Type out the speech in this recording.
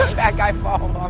fat guy fall